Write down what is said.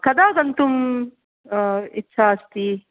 कदा गन्तुं इच्छा अस्ति